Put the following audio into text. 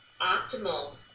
optimal